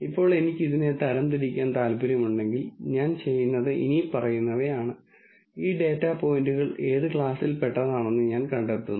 ഇപ്പോൾ എനിക്ക് ഇതിനെ തരംതിരിക്കാൻ താൽപ്പര്യമുണ്ടെങ്കിൽ ഞാൻ ചെയ്യുന്നത് ഇനിപ്പറയുന്നവയാണ് ഈ ഡാറ്റാ പോയിന്റുകൾ ഏത് ക്ലാസിൽ പെട്ടതാണെന്ന് ഞാൻ കണ്ടെത്തുന്നു